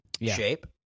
shape